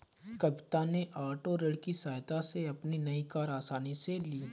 कविता ने ओटो ऋण की सहायता से अपनी नई कार आसानी से ली